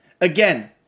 Again